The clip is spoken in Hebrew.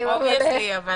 להתייחס.